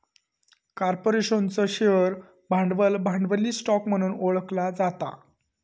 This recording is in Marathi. कॉर्पोरेशनचो शेअर भांडवल, भांडवली स्टॉक म्हणून ओळखला जाता